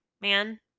man